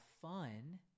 fun